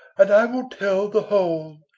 and i will tell the whole.